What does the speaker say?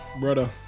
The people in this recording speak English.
Brother